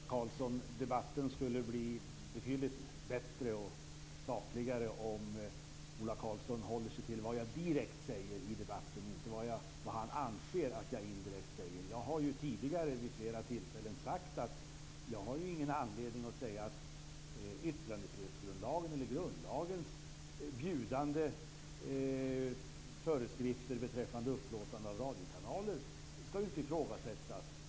Fru talman! Ola Karlsson! Debatten skulle bli betydligt bättre och sakligare om Ola Karlsson håller sig till vad jag direkt säger i debatten och inte till vad han anser att jag indirekt säger. Jag har ju tidigare vid flera tillfällen sagt att yttrandefrihetsgrundlagens eller grundlagens bjudande föreskrifter beträffande upplåtande av radiokanaler inte skall ifrågasättas.